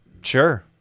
Sure